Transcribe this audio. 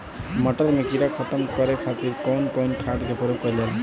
मटर में कीड़ा खत्म करे खातीर कउन कउन खाद के प्रयोग कईल जाला?